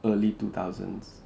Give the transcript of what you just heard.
early two thousands